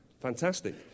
Fantastic